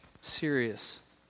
serious